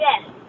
Yes